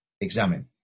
examine